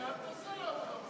מטרת שירות המילואים),